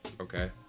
Okay